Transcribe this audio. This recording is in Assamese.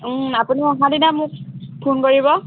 আপুনি অহা দিনা মোক ফোন কৰিব